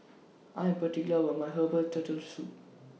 I Am particular about My Herbal Turtle Soup